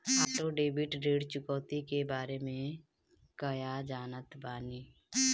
Auto debit ऋण चुकौती के बारे में कया जानत बानी?